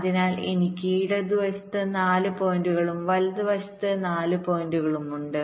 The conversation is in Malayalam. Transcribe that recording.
അതിനാൽ എനിക്ക് ഇടതുവശത്ത് 4 പോയിന്റുകളും വലതുവശത്ത് 4 പോയിന്റുകളുമുണ്ട്